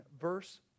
verse